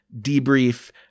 debrief